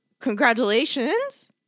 congratulations